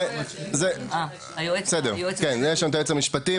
זה היועץ המשפטי,